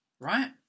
right